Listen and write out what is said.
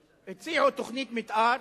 הציעו לה תוכנית מיתאר